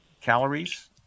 calories